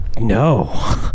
no